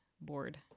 Bored